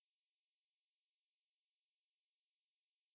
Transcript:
burger king okay I I like their own onion rings